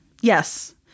Yes